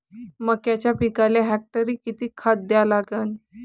मक्याच्या पिकाले हेक्टरी किती खात द्या लागन?